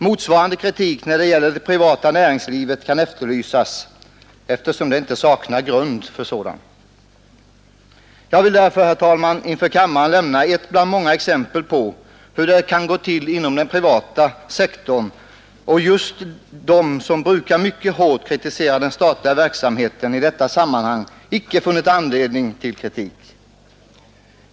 Liknande kritik när det gäller det privata näringslivet kan efterlysas; det saknas inte grund för sådan. Jag vill därför, herr talman, inför kammarens ledamöter lämna ett bland många exempel på hur det kan gå till inom den privata sektorn, varvid just de som mycket hårt kritiserat den statliga verksamheten i detta sammanhang icke funnit någon anledning till kritik.